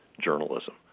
journalism